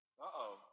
Uh-oh